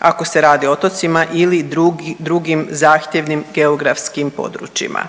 ako se radi o otocima ili drugim zahtjevnim geografskim područjima.